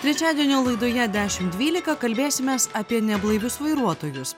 trečiadienio laidoje dešim dvylika kalbėsimės apie neblaivius vairuotojus